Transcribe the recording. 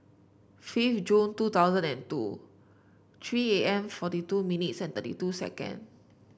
fifth June two thousand and two three A M forty two minutes and thirty two second